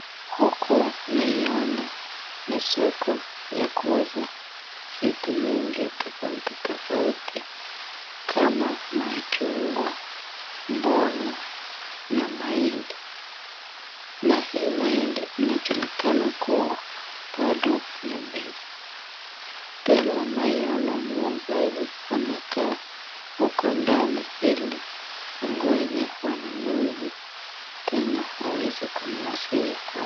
Huku naiona ni soko ya kuuza vitu mingi tofauti tofauti kama machungwa, mboga na mahindi na hii mahindi inajulikana kuwa bado ni mbichi tena naiona muuzaji amekaa huko ndani ili angoje wanunuzi tena aweze kumuuzia hao